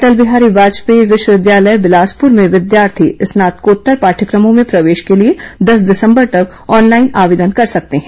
अटल बिहारी वाजपेयी विश्वविद्यालय बिलासपुर में विद्यार्थी स्नातकोत्तर पाठ्यक्रमों में प्रवेश के लिए दस दिसंबर तक ऑनलाईन आवेदन कर सकते हैं